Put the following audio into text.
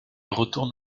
retourne